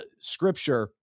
scripture